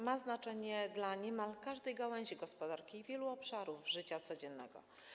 Ma znaczenie dla niemal każdej gałęzi gospodarki i wielu obszarów życia codziennego.